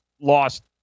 lost